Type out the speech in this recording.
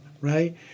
Right